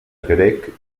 grec